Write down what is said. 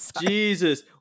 Jesus